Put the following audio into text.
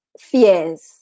fears